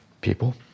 People